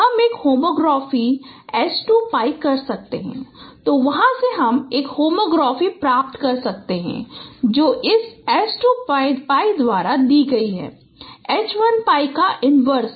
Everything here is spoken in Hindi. इसी तरह हम एक होमोग्राफी H 2 pi कर सकते हैं तो वहाँ से हम एक होमोग्राफी प्राप्त कर सकते हैं जो इस H 2 pi द्वारा दी गई है H 1 pi इन्वर्स